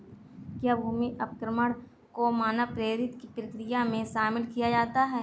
क्या भूमि अवक्रमण को मानव प्रेरित प्रक्रिया में शामिल किया जाता है?